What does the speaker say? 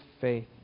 faith